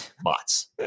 bots